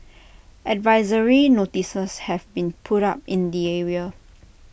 advisory notices have been put up in the area